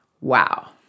Wow